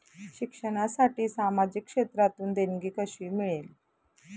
शिक्षणासाठी सामाजिक क्षेत्रातून देणगी कशी मिळेल?